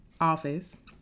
office